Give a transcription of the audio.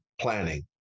planning